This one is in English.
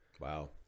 Wow